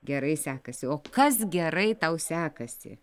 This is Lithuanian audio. gerai sekasi o kas gerai tau sekasi